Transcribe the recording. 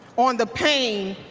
on the pain